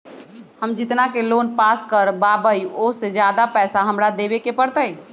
हम जितना के लोन पास कर बाबई ओ से ज्यादा पैसा हमरा देवे के पड़तई?